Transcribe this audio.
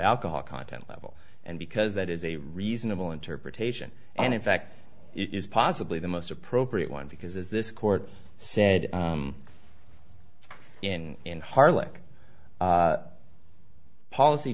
alcohol content level and because that is a reasonable interpretation and in fact it is possibly the most appropriate one because as this court said in and harlech policy